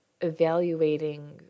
evaluating